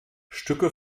stücke